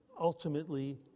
ultimately